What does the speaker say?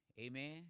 Amen